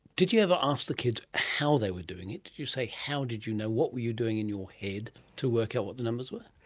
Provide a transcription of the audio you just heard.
did you ever ask the kids how they were doing it? did you say, how did you know? what were you doing in your head to work out what the numbers were?